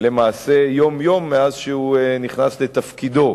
למעשה יום-יום מאז שהוא נכנס לתפקידו.